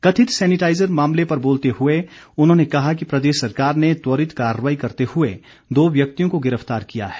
कथित सेनिटाइज़र मामले पर बोलते हुए उन्होंने कहा कि प्रदेश सरकार ने त्वरित कार्रवाई करते हुए दो व्यक्तियों को गिरफ्तार किया है